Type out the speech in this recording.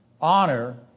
honor